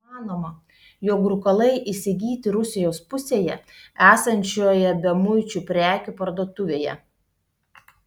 manoma jog rūkalai įsigyti rusijos pusėje esančioje bemuičių prekių parduotuvėje